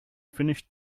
finished